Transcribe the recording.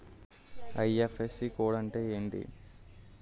IFSC code అంటే ఏంటి?